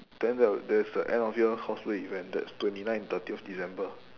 then the there's the end of year cosplay event that's twenty nine and thirtieth december